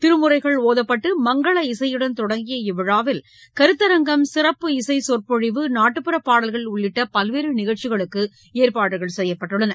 திருமுறைகள் ஓதப்பட்டு மங்கள இசையுடன் தொடங்கிய இவ்விழாவில் கருத்தரங்கம் சிறப்பு இசை சொற்பொழிவு நாட்டுப்புற பாடல்கள் உள்ளிட்ட பல்வேறு நிகழ்ச்சிகள் நடைபெறவுள்ளன